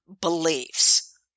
beliefs